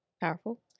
powerful